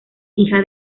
hija